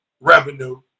revenue